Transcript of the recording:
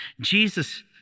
Jesus